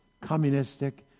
communistic